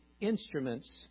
instruments